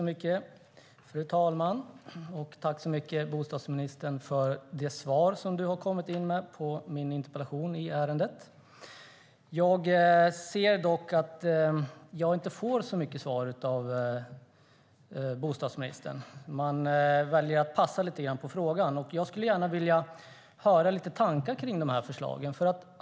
Fru talman! Tack så mycket, bostadsministern, för svaret på min interpellation i detta ärende! Jag hör dock att jag inte får mycket till svar av bostadsministern. Han väljer att passa lite grann på frågan. Jag skulle gärna vilja höra lite tankar om de här förslagen.